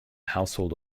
household